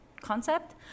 concept